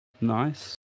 Nice